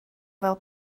fel